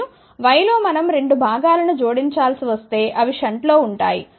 మరియు y లో మనం రెండు భాగాలను జోడించాల్సి వస్తే అవి షంట్లో ఉంటాయి